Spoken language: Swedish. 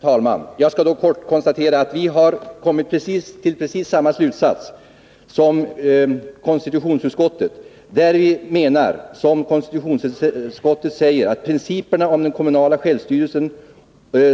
Herr talman! Jag ber om överseende! Jag skallydå kort konstatera att finansutskottet har kommit till precis samma slutsats som konstitutionsutskottet, som skriver: ”principerna om den kommunala självstyrelsen